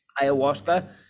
Ayahuasca